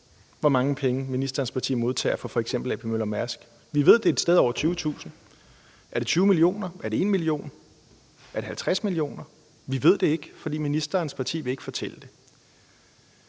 hvor mange penge ministerens parti modtager fra f.eks. A.P. Møller - Mærsk A/S. Vi ved, det er et sted over 20.000 kr. Er det 20 mio. kr.? Er det 1 mio. kr.? Er det 50 mio. kr.? Vi ved det ikke, fordi ministerens parti ikke vil fortælle det.